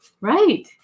Right